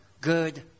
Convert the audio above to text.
good